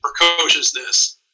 precociousness